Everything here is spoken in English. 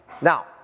now